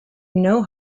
know